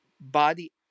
body